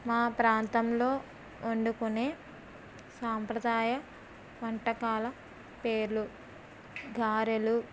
మా ప్రాంతంలో వండుకొనే సాంప్రదాయ వంటకాల పేర్లు గారెలు